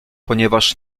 ponieważ